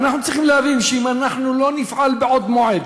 ואנחנו צריכים להבין שאם אנחנו לא נפעל מבעוד מועד,